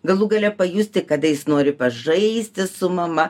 galų gale pajusti kada jis nori pažaisti su mama